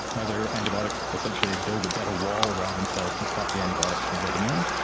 other antibiotics but essentially ah build a better wall around themselves to stop the antibiotics from getting in.